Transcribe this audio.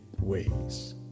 ways